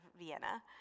Vienna